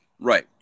right